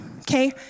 Okay